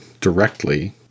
directly